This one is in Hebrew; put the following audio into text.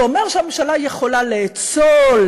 זה אומר שהממשלה יכולה לאצול,